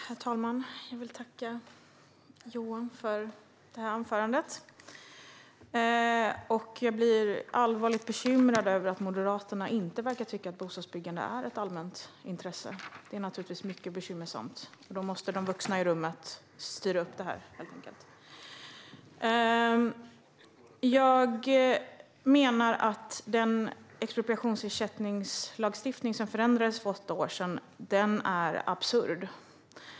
Herr talman! Jag vill tacka Johan för anförandet. Jag blir allvarligt bekymrad över att Moderaterna inte verkar tycka att bostadsbyggande är ett allmänt intresse. Detta är mycket bekymmersamt, och då måste de vuxna i rummet styra upp det. Den expropriationsersättningslagstiftning som förändrades för åtta år sedan är absurd.